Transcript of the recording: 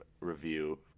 review